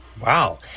Wow